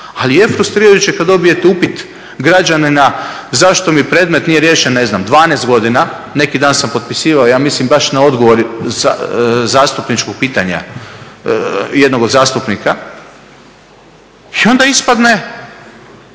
Ali je frustrirajuće kad dobijete upit građanina zašto mi predmet nije riješen ne znam 12 godina. Neki dan sam potpisivao ja mislim baš na odgovor zastupničkog pitanja jednog od zastupnika. I onda ispadne